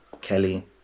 Kelly